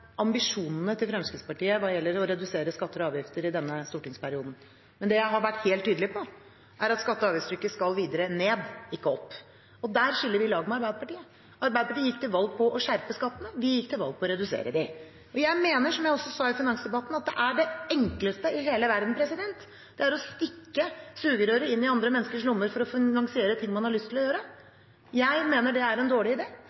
ambisjonene til Fremskrittspartiet hva gjelder å redusere skatter og avgifter i denne stortingsperioden. Men det jeg har vært helt tydelig på, er at skatte- og avgiftstrykket skal videre ned, ikke opp. Der skiller vi lag med Arbeiderpartiet. Arbeiderpartiet gikk til valg på å skjerpe skattene, vi gikk til valg på å redusere dem. Jeg mener, som jeg også sa i finansdebatten, at det enkleste i hele verden er å stikke sugerøret inn i andre menneskers lommer for å finansiere ting man har lyst til å gjøre. Jeg mener det er en dårlig